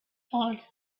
told